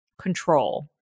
control